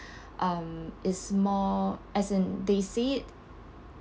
um is more as in they say it